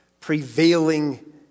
prevailing